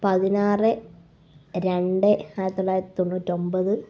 പതിനാറ് രണ്ട് ആയിരത്തി തൊള്ളായിരത്തി തൊണ്ണൂറ്റൊമ്പത്